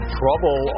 trouble